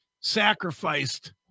sacrificed